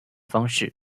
方式